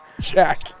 Jack